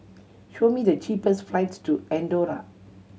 show me the cheapest flights to Andorra